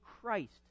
Christ